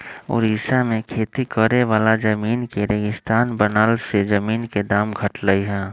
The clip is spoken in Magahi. ओड़िशा में खेती करे वाला जमीन के रेगिस्तान बनला से जमीन के दाम घटलई ह